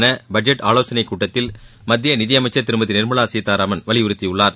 என பட்ஜெட் ஆலோசனைக் கூட்டத்தில் மத்திய நிதியமைச்சர் திருமதி நிர்மலா சீதாராமன் வலிபுறுத்தியுள்ளார்